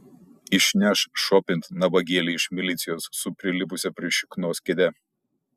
išneš šopint nabagėlį iš milicijos su prilipusia prie šiknos kėde